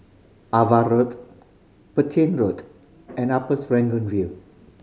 Ava Road Petain Road and Upper Serangoon View